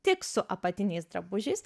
tik su apatiniais drabužiais